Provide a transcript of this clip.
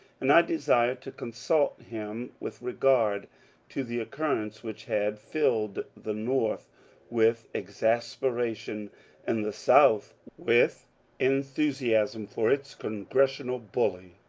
and i desired to consult him with regard to the occurrence which had filled the north with exasperation and the south with enthusiasm for its congressional bully.